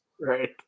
Right